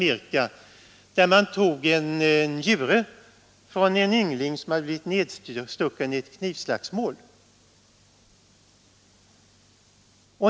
Läkarna opererade bort en njure från en yngling, som hade blivit nedstucken i ett knivslagsmål.